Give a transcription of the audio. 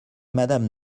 madame